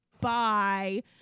bye